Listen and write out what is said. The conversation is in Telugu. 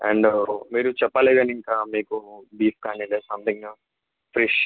అండ్ మీరు చెప్పాలే కానీ ఇంకా మీకు బీఫ్ కానీ లేక సంథింగ్ ఫిష్